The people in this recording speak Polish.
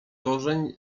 korzeń